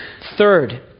Third